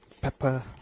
pepper